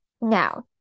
Now